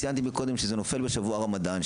ציינתי מקודם שזה נופל בשבוע הרמדאן,